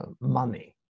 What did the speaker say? money